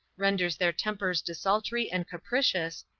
renders their tempers desultory and capricious,